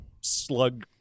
slug